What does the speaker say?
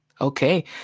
Okay